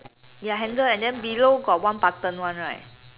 ya handle right then below got one button one right